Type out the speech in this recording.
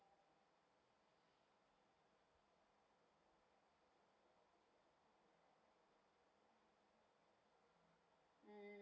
mm